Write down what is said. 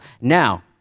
Now